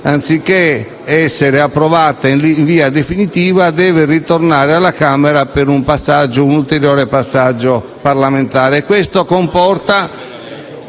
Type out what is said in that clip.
anziché essere approvato in via definitiva, debba ritornare alla Camera per un ulteriore passaggio parlamentare. Questo comporterà